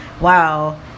wow